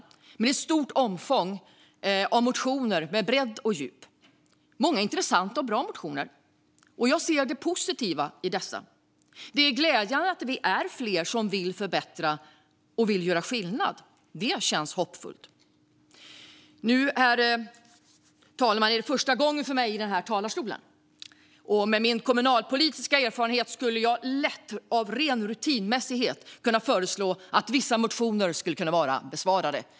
Det handlar om ett stort antal motioner med bredd och djup. Många av dem är intressanta och bra, och jag ser det positiva i dem. Det är glädjande att vi är flera som vill förbättra och göra skillnad. Det känns hoppfullt. Herr talman! Det är första gången för mig i den här talarstolen, och med min kommunalpolitiska erfarenhet skulle jag lätt på ren rutin kunna föreslå att vissa motioner skulle kunna anses besvarade.